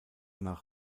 nach